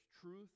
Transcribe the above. truth